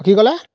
কি ক'লে